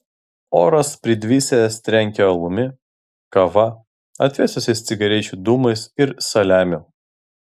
oras pridvisęs trenkė alumi kava atvėsusiais cigarečių dūmais ir saliamiu